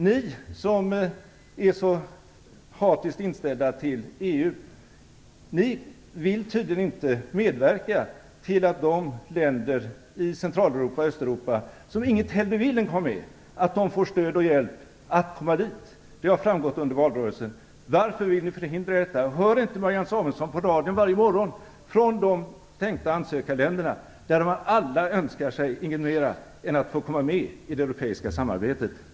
Ni som är så hatiskt inställda till EU vill tydligen inte medverka till att de länder i Central och Östeuropa som inget hellre vill än att komma med i EU får stöd och hjälp att komma dit. Det har framgått under valrörelsen. Varför vill ni förhindra detta? Hör inte Marianne Samuelsson på radion varje morgon om de tänkta ansökarländerna där det är allas högsta önskan att få komma med i det europeiska samarbetet?